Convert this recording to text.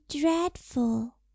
dreadful